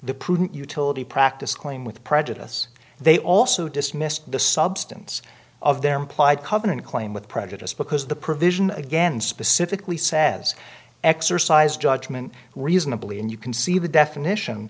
the prudent utility practice claim with prejudice they also dismissed the substance of their implied covenant claim with prejudice because the provision again specifically says exercise judgment reasonably and you can see the definition